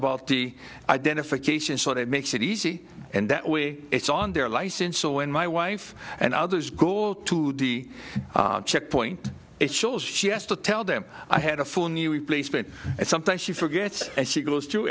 about the identification so that makes it easy and that way it's on their license so when my wife and others go to the checkpoint it shows she has to tell them i had a full new replacement and sometimes she forgets and she goes through